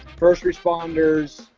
first responders,